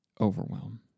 overwhelm